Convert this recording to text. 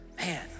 man